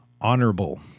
honorable